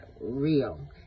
real